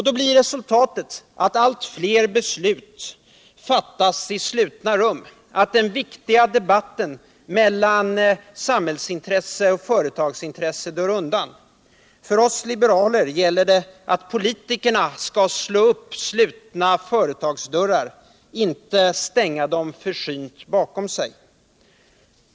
Då blir resultatet att allt fler beslut fattas i slutna rum, att den viktiga debatten mellan samhällsintresse och företagsintresse dör undan. För oss liberaler gäller det att politikerna skall slå upp stängda företagsdörrar, inte försynt stänga dem bakom sig.